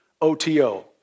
OTO